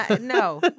No